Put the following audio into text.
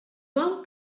vol